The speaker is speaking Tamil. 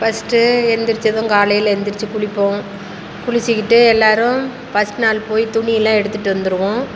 ஃபர்ஸ்ட்டு எழுந்திரிச்சதும் காலையில் எந்திரிச்சு குளிப்போம் குளிச்சிக்கிட்டு எல்லாரும் ஃபர்ஸ்ட் நாள் போய் துணியெல்லாம் எடுத்துகிட்டு வந்துடுவோம்